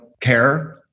care